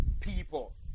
people